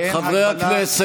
ואין הגבלה חברי הכנסת,